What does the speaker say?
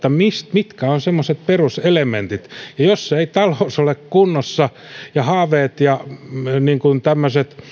mitkä ovat semmoiset peruselementit ja jos ei talous ole kunnossa eikä ole haaveita ja tämmöisiä